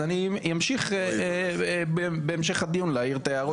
אז אני אמשיך בהמשך הדיון להעיר את ההערות